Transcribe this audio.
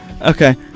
okay